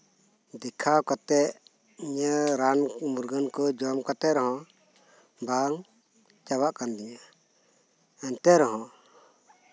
ᱫᱮᱠᱷᱟᱣ ᱠᱟᱛᱮ ᱤᱧᱟᱹᱜ ᱨᱟᱱ ᱢᱩᱨᱜᱟᱹᱱ ᱠᱚ ᱡᱚᱢ ᱠᱟᱛᱮ ᱨᱮᱦᱚᱸ ᱵᱟᱝ ᱪᱟᱵᱟᱜ ᱠᱟᱱ ᱛᱤᱧᱟᱹ ᱮᱱᱛᱮ ᱨᱮᱦᱚᱸ